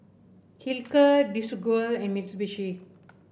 Hilker Desigual and Mitsubishi